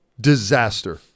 Disaster